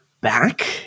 back